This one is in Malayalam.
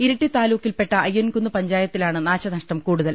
ഇരിട്ടി താലൂക്കിൽപ്പെട്ട അയ്യൻകുന്ന് പഞ്ചായത്തിലാണ് നാശ നഷ്ടം കൂടുതൽ